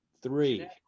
Three